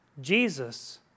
Jesus